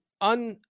un